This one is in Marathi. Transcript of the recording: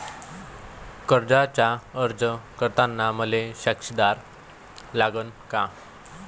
कर्जाचा अर्ज करताना मले साक्षीदार लागन का?